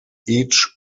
each